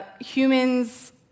humans